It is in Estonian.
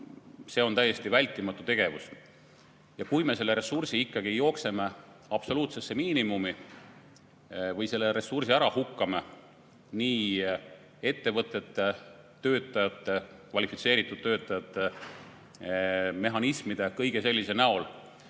See on täiesti vältimatu tegevus. Kui me selle ressursi ikkagi jooksutame absoluutsesse miinimumi või selle ressursi ära hukkame nii ettevõtete, kvalifitseeritud töötajate, mehhanismide, kõige sellise näol,